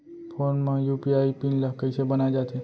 Phone म UPI pin ल कइसे बनाये जाथे?